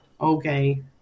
okay